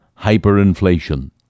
hyperinflation